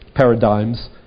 paradigms